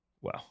Wow